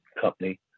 company